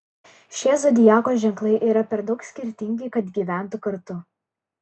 šie zodiako ženklai yra per daug skirtingi kad gyventų kartu